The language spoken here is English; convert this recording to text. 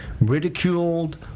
ridiculed